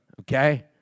okay